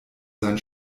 sein